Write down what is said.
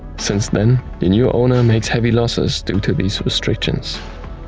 since then, the new owner makesheavy losses due to these restrictions.